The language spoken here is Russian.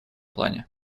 плане